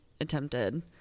attempted